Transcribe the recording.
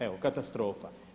Evo katastrofa.